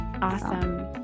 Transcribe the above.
Awesome